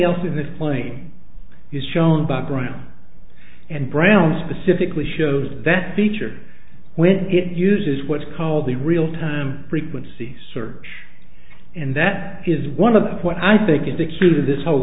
else in this plane is shown background and brown specifically shows that feature when it uses what's called the real time frequency search and that is one of what i think is the key to this whole